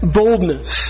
boldness